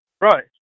Right